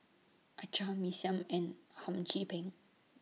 Acar Mee Siam and Hum Chim Peng